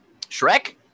Shrek